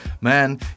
Man